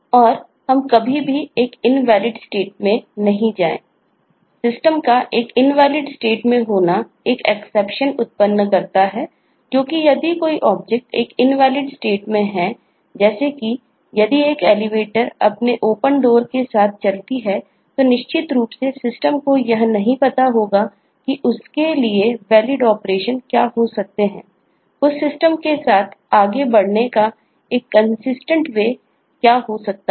और हम कभी भी एक इनवैलिड स्टेट क्या हो सकता है